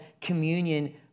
communion